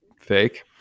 fake